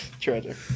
Tragic